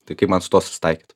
tai kaip man su tuo susitaikyt